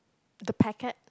the packet